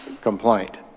complaint